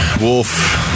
Wolf